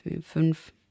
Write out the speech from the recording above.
fünf